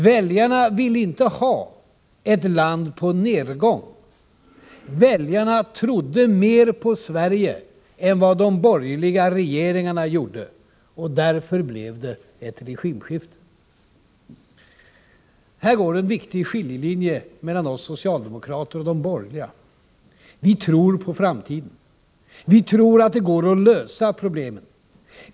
Väljarna ville inte ha ett land på nergång. Väljarna trodde mer på Sverige än vad de borgerliga regeringarna gjorde. Därför blev det ett regimskifte. Här går en viktig skiljelinje mellan oss socialdemokrater och de borgerliga. Vi tror på framtiden. Vi tror att det går att lösa problem.